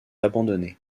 abandonné